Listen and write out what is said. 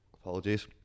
apologies